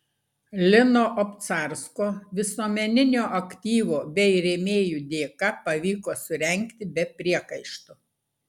lino obcarsko visuomeninio aktyvo bei rėmėjų dėka pavyko surengti be priekaištų